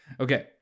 okay